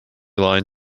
line